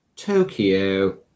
Tokyo